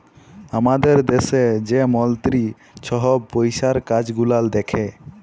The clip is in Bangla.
আমাদের দ্যাশে যে মলতিরি ছহব পইসার কাজ গুলাল দ্যাখে